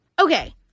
Okay